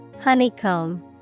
honeycomb